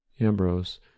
ambrose